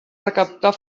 recaptar